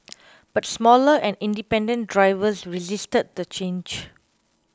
but smaller and independent drivers resisted the change